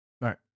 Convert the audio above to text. Right